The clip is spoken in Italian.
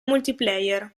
multiplayer